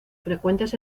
frecuentes